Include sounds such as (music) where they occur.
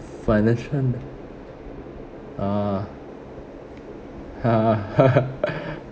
financial ah (laughs)